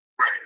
Right